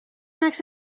عکس